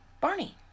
Barney